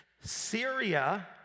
Syria